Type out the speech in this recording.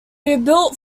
rebuilt